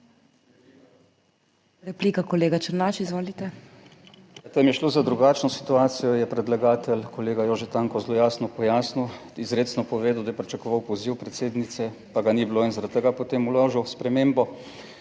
Replika, kolega Černač, izvolite. ZVONKO ČERNAČ (PS SDS): Tam je šlo za drugačno situacijo; je predlagatelj kolega Jože Tanko zelo jasno pojasnil, izrecno povedal, da je pričakoval poziv predsednice, pa ga ni bilo in zaradi tega potem vložil spremembo.